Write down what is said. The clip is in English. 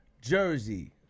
Jersey